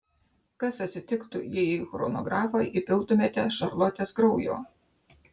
kas atsitiktų jei į chronografą įpiltumėte šarlotės kraujo